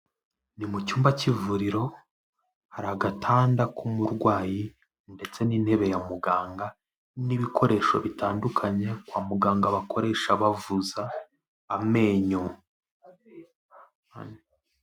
Ni mu cyumba cy'ivuriro hari agatanda k'umurwayi ndetse n'intebe ya muganga n'ibikoresho bitandukanye kwa muganga bakoresha bavuza amenyo.